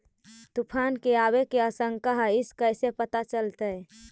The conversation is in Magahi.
तुफान के आबे के आशंका है इस कैसे पता चलतै?